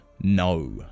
no